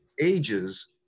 ages